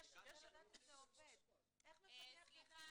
יודעת --- בסדר, ירחיקו אותו.